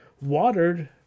Watered